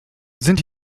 sind